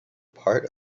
part